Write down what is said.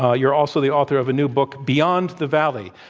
ah you're also the author of a new book, beyond the valley,